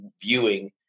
viewing